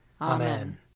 Amen